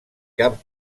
cap